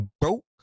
Broke